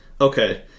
okay